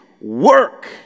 work